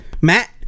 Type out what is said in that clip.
Matt